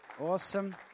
Awesome